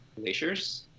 Glaciers